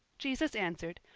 jesus answered,